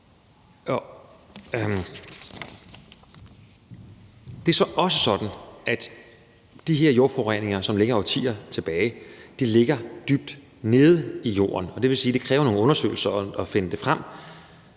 Det er så også sådan, at de her jordforureninger, som ligger årtier tilbage, ligger dybt nede i jorden, og det vil sige, at det kræver nogle undersøgelser at finde det frem.